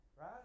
right